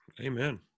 Amen